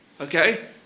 Okay